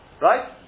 Right